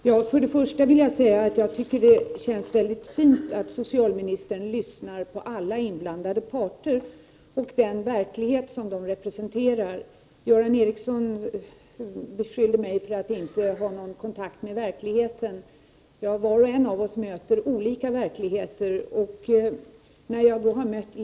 Herr talman! Först vill jag säga att det känns mycket fint att socialministern lyssnar på alla inblandade parter, med den verklighet som de representerar. Göran Ericsson beskyllde mig för att inte ha någon kontakt med verkligheten. Ja, var och en av oss möter olika verkligheter.